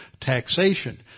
taxation